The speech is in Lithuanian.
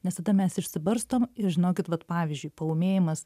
nes tada mes išsibarstom ir žinokit vat pavyzdžiui paūmėjimas